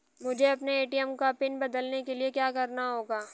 मुझे अपने ए.टी.एम का पिन बदलने के लिए क्या करना होगा?